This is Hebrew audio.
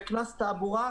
בקנס תעבורה,